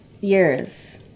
years